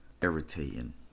irritating